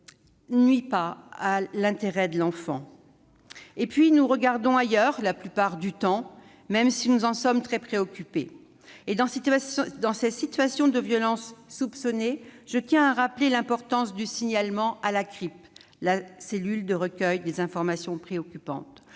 nuisent pas à l'intérêt de l'enfant. Et puis, nous regardons ailleurs, la plupart du temps, même si nous en sommes très préoccupés. Dans ces situations de violences soupçonnées, je tiens à rappeler l'importance du signalement à la cellule de recueil des informations préoccupantes,